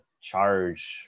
charge